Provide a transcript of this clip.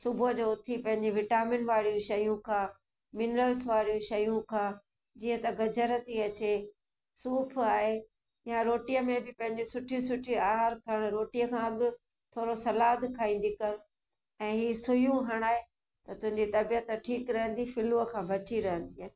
सुबुह जो उथी पंहिंजी विटामिन वारी शयूं खा मिनरल्स वारी शयूं खा जीअं त गजर थी अचे सूफ आहे या रोटीअ में बि पंहिंजी सुठी सुठी आहार खण रोटीअ खां अॻ थोरो सलाद खाईंदी कर ऐं हीअ सुईयूं हणाए त तुंहिंजी तबियतु ठीकु रहंदी फ़्लूअ खां बची रहंदीअ